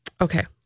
Okay